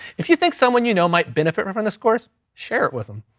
if you think someone you know might benefit from this course, share it with them.